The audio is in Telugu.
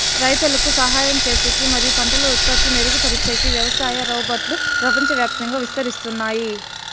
రైతులకు సహాయం చేసేకి మరియు పంటల ఉత్పత్తి మెరుగుపరిచేకి వ్యవసాయ రోబోట్లు ప్రపంచవ్యాప్తంగా విస్తరిస్తున్నాయి